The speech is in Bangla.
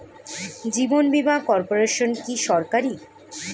জীবন বীমা কর্পোরেশন কি সরকারি?